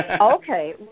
Okay